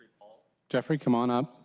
jeffrey come on up.